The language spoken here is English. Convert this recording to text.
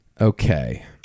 okay